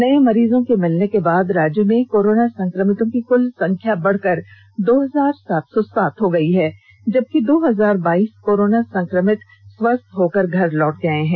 नये मरीजों के मिलने के बाद राज्य में कोरोना संक्रमितों की कृल संख्या बढ़कर दो हजार सात सौ सात हो गई जबकि दो हजार बाईस कोरोना संक्रमित स्वस्थ्य होकर घर लौट गये हैं